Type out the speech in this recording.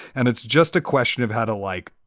and it's just a question of how to, like,